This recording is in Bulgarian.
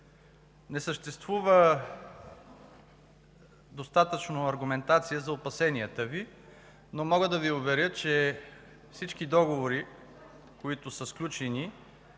Не съществува достатъчно аргументация за опасенията Ви, но мога да Ви уверя, че всички договори, които са сключени,